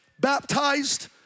baptized